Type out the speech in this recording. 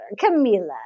Camila